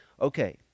Okay